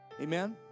Amen